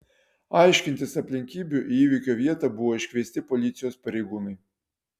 aiškintis aplinkybių į įvykio vietą buvo iškviesti policijos pareigūnai